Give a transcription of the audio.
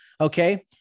Okay